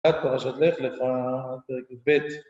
עד פרשת לך לך, פרק יב